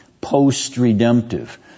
post-redemptive